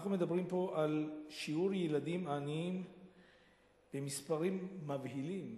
אנחנו מדברים פה על שיעור ילדים עניים במספרים מבהילים,